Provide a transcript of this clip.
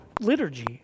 liturgy